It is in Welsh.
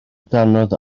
ddannoedd